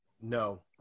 No